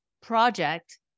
project